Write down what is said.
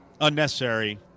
unnecessary